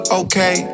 okay